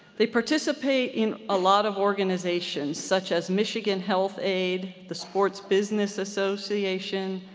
they participate in a lot of organizations such as michigan health aid, the sports business association,